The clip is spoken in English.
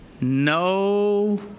no